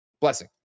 Blessing